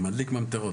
הייתי מדליק ממטרות.